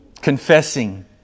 Confessing